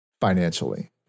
Financially